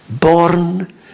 born